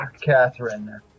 Catherine